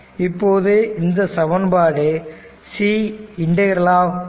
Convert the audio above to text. இப்போது இந்த சமன்பாடு c ∫ v